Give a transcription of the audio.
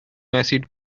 acid